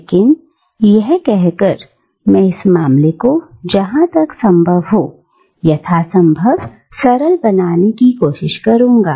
लेकिन यह कहकर मैं इस मामले को जहां तक संभव हो यथासंभव सरल बनाने की कोशिश करूंगा